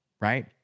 right